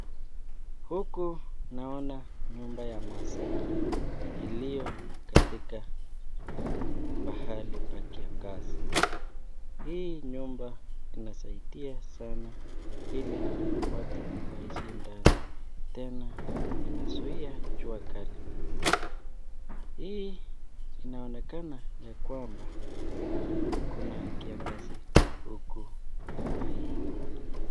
Huku, naona nyumba ya Maasai iliyo katika mahali pa kiangazi. Hii nyumba inasaidia sana ili watu waishi ndani. Tena, inazuia jua kali. Hii inaonekana ya kwamba kuna kiangazi huku kwa hii.